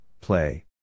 play